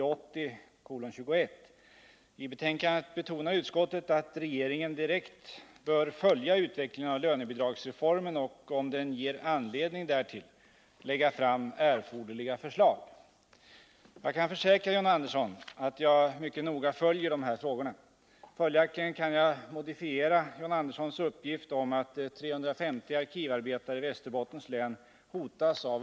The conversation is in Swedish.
Arbetsmarknadsutskottet betonade att regeringen direkt bör följa utvecklingen och om den skulle ge anledning därtill lägga fram erforderliga förslag så att inte syftet med reformen — att skapa fler arbetstillfällen för handikappade och att förbättra det nuvarande arkivarbetets status — förfelas.